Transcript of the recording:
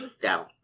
down